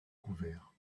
couverts